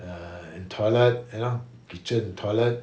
uh and toilet you know kitchen toilet